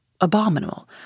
Abominable